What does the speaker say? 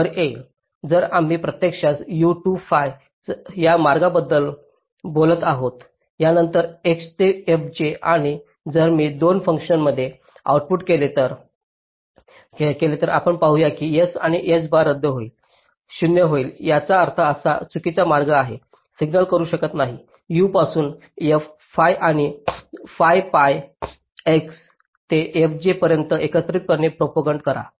तर आम्ही प्रत्यक्षात u टू fi या मार्गाबद्दल बोलत आहोत यानंतर x ते fj आणि जर मी या 2 फंक्शन्सचे आउटपुट केले तर आपण पाहू की s आणि s बार रद्द होईल 0 होईल याचा अर्थ हा चुकीचा मार्ग आहे सिग्नल करू शकत नाही u पासून fi आणि fi pi x ते fj पर्यंत एकत्रितपणे प्रोपागंट करा